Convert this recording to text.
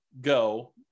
go